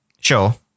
Sure